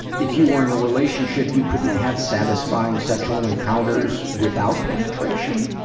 if you were in a relationship, you couldn't have satisfying sexual encounters without penetration?